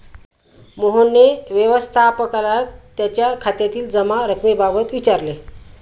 मोहनने व्यवस्थापकाला त्याच्या खात्यातील जमा रक्कमेबाबत विचारले